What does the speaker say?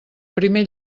primer